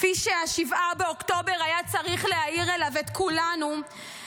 ש-7 באוקטובר היה צריך להעיר אליו את כולנו,